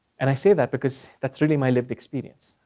and i say that because that's really my lived experience.